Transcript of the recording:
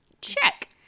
Check